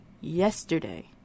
yesterday